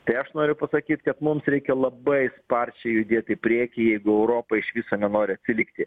tai aš noriu pasakyt kad mums reikia labai sparčiai judėti į priekį jeigu europa iš viso nenori atsilikti